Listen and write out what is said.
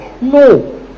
No